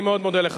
אני מאוד מודה לך.